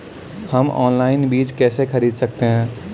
हम ऑनलाइन बीज कैसे खरीद सकते हैं?